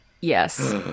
Yes